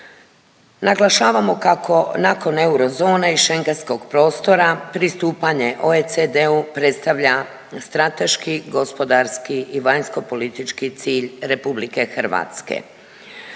Naglašavamo kako nakon eurozone i Schengenskog prostora pristupanje OECD-u predstavlja strateški, gospodarski i vanjsko politički cilj RH. Mi dakle